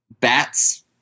Bats